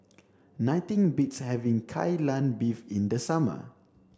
nothing beats having kai lan beef in the summer